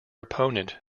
opponent